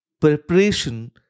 preparation